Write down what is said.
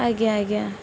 ଆଜ୍ଞା ଆଜ୍ଞା